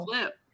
flip